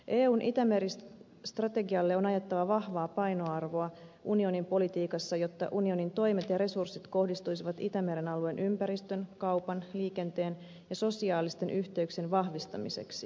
eun itämeri strategialle on ajettava vahvaa painoarvoa unionin politiikassa jotta unionin toimet ja resurssit kohdistuisivat itämeren alueen ympäristön kaupan liikenteen ja sosiaalisten yhteyksien vahvistamiseksi